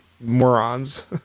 morons